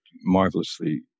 marvelously